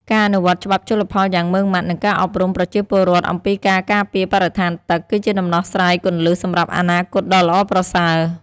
ការអនុវត្តន៍ច្បាប់ជលផលយ៉ាងម៉ឺងម៉ាត់ និងការអប់រំប្រជាពលរដ្ឋអំពីការការពារបរិស្ថានទឹក គឺជាដំណោះស្រាយគន្លឹះសម្រាប់អនាគតដ៏ល្អប្រសើរ។